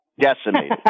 Decimated